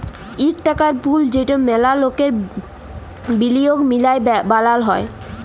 ইক টাকার পুল যেট ম্যালা লকের বিলিয়গ মিলায় বালাল হ্যয়